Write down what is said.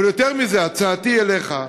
אבל יותר מזה, הצעתי אליך,